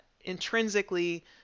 intrinsically